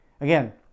Again